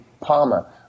Palmer